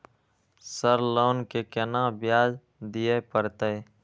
Sir loan के केना ब्याज दीये परतें?